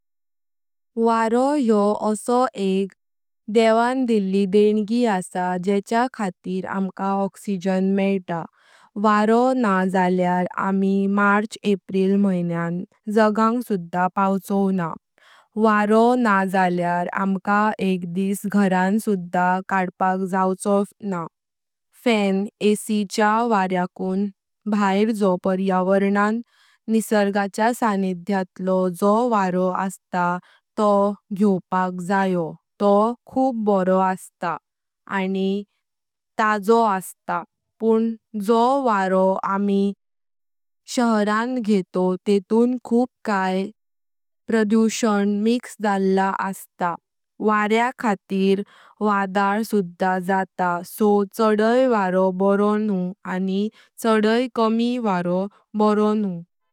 वरण योह आसो एक देवाण दिल्ली देंगी आसां जेज्या खातीर आमका ऑक्सिजन मेणा, वरण न्हां जळ्यार आमी मार्च एप्रिल महिन्यां जांग सुधा पावछोवना, वरण न्हां जळ्यार आमका एक दिस घरां सुधा कडपाक जाऊचोना। फॅन, एसी च्या वार्याकूं भैर जो पळावरणां निर्गच्या सानिध्यातलो जो वरण आसता तो घोवपाक जायो तो खूप बारो आसता आनी ताचो आसता पुन जो वरण आमी शहरां घेतोव तेतून खूप काय प्रदूषण मिक्स जळला आसता। वार्या खातीर वादळ सुधा जातां सो चडाई वारो बारो न्हूं आनी चडाई कमी वारो बारो न्हूं।